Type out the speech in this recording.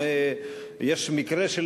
אם יש מקרה של,